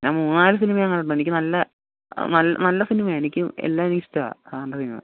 ഞാൻ മൂന്ന് നാലു സിനിമ ഞാൻ കണ്ടിട്ടുണ്ട് എനിക്ക് നല്ല നല്ല സിനിമയാണ് എനിക്ക് എല്ലാവരെയും ഇഷ്ട്ടമാണ് സാറിൻ്റെ സിനിമ